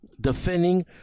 defending